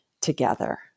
together